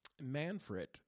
Manfred